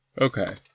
Okay